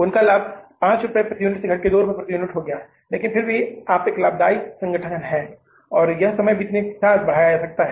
उनका लाभ 5 रुपये प्रति यूनिट से घटकर 2 रुपये प्रति यूनिट हो गया है लेकिन फिर भी आप एक लाभदायक संगठन हैं और यह समय बीतने को बढ़ाया जा सकता है